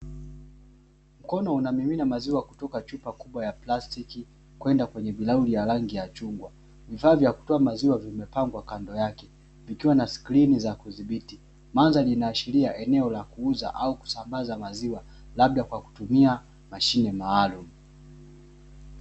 Mkono unamimina maziwa kutoka chupa kubwa ya plastiki kwenda kwenye bilauli ya rangi ya chungwa, vifaa vya kutoa maziwa vimepangwa kando yake, vikiwa na skrini za kudhibiti. Mandhari inaashiria eneo la kuuza au kusambaza maziwa, labda kwa kutumia mashine maalumu.